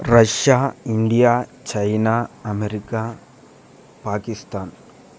Russia India China America Pakistan